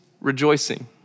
rejoicing